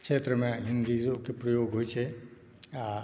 क्षेत्रमे हिन्दिओके प्रयोग होइत छै आओर